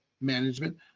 management